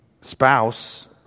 spouse